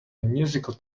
musical